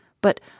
But